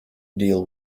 deal